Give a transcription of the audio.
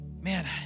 man